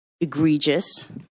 Egregious